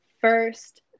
first